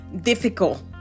difficult